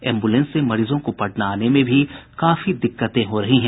ambulance से मरीजों को पटना आने में भी काफी दिक्कतें हो रही है